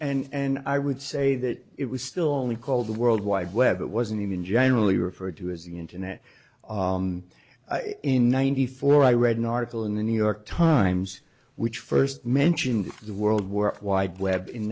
and i would say that it was still only called the world wide web it wasn't even generally referred to as the internet in ninety four i read an article in the new york times which first mentioned the world war wide web in